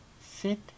Sit